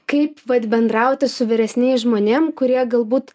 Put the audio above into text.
kaip vat bendrauti su vyresniais žmonėm kurie galbūt